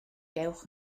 dewch